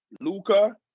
luca